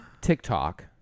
TikTok